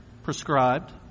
prescribed